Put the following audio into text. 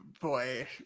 Boy